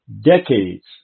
decades